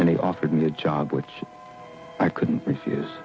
he offered me a job which i couldn't refuse